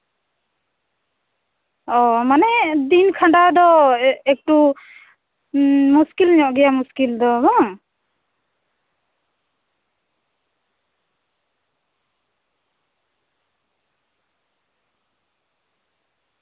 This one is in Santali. ᱚ ᱢᱟᱱᱮ ᱫᱤᱱ ᱠᱷᱟᱸᱰᱟᱣ ᱫᱚ ᱮᱠᱴᱩ ᱢᱩᱥᱠᱤᱞ ᱧᱚᱜ ᱜᱮᱭᱟ ᱢᱩᱥᱠᱤᱞ ᱫᱚ ᱵᱟᱝ